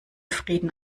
frieden